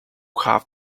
have